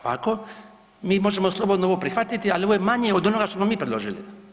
Ovako mi možemo slobodno ovo prihvatiti, ali ovo je manje od onoga što smo mi predložili.